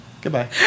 Goodbye